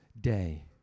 day